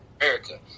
America